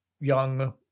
young